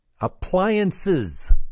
Appliances